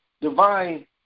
divine